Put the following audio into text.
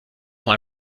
mal